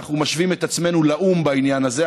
אנחנו משווים את עצמנו לאו"ם בעניין הזה,